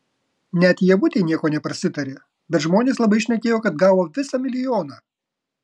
net ievutei nieko neprasitarė bet žmonės labai šnekėjo kad gavo visą milijoną